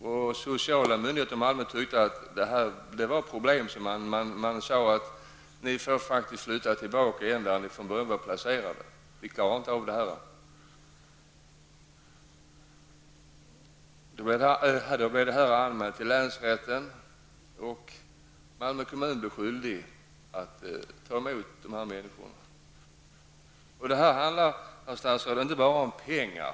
På de sociala myndigheterna i Malmö ansåg man att familjen skulle flytta tillbaka till den ort där den var placerad. I Malmö klarade man inte av att ta hand om familjen. Ärendet togs upp i länsrätten och Malmö kommun blev ålagd att ta hand om familjen. Det handlar inte bara om pengar.